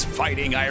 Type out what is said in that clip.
fighting